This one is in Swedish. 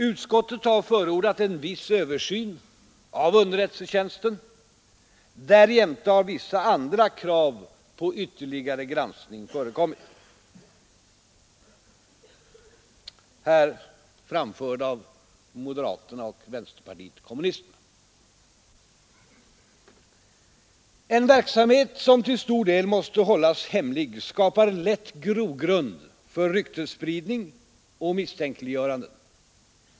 Utskottet har förordat en viss översyn av underrättelsetjänsten. Därjämte har vissa andra krav på ytterligare granskning förekommit, här framförda av moderaterna och vänsterpartiet kommunisterna. En verksamhet som till stor del måste hållas hemlig skapar lätt grogrund för ryktesspridning och misstänkliggöranden.